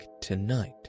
tonight